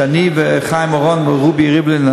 שאני וחיים אורון ורובי ריבלין,